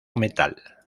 metal